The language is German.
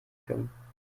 können